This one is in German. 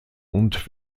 und